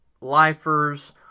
lifers